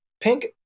Pink